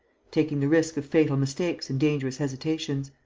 taking the risk of fatal mistakes and dangerous hesitations.